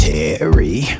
Terry